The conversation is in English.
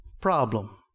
problem